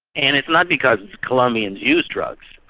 and it's not because colombians use drugs.